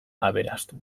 aberastu